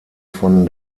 von